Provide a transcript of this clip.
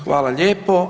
Hvala lijepo.